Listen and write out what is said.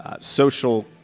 social